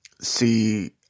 see